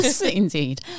Indeed